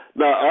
now